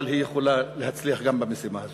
אבל היא יכולה להצליח גם במשימה הזו.